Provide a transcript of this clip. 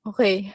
Okay